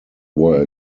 were